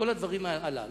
כל הדברים הללו,